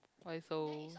why so